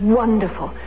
wonderful